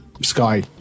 sky